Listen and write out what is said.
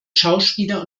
schauspieler